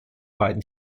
beiden